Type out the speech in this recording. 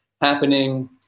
happening